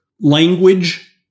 language